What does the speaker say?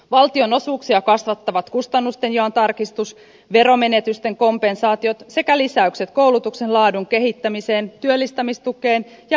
valtionosuuksia kasvattavat kustannustenjaon tarkistus veromenetysten kompensaatiot sekä lisäykset koulutuksen laadun kehittämiseen työllistämistukeen ja maahanmuuttokorvauksiin